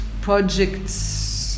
projects